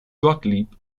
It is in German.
gottlieb